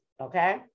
Okay